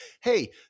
Hey